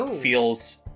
feels